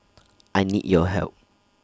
I need your help